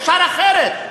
אפשר אחרת.